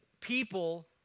people